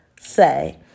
say